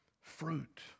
fruit